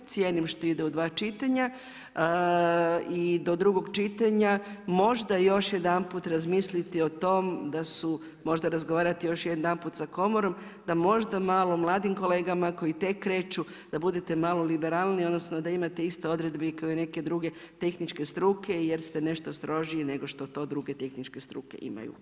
Cijenim što ide u dva čitanja i do drugog čitanja možda još jedanput razmisliti o tom da su, možda razgovarati još jedanput sa Komorom da možda malo mladim kolegama koji tek kreću da budete malo liberalniji, odnosno da imate iste odredbe i kao neke druge tehničke struke jer ste nešto strožiji nego što to druge tehničke struke imaju.